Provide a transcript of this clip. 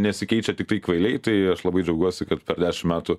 nesikeičia tiktai kvailiai tai aš labai džiaugiuosi kad per dešim metų